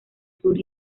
sur